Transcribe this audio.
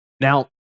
Now